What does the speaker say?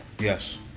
Yes